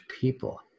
people